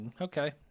Okay